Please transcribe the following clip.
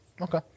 Okay